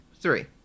three